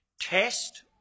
Test